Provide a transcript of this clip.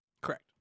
Correct